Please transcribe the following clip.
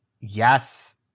Yes